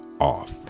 off